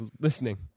listening